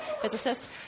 physicist